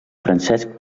francesc